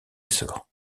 essor